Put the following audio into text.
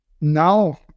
now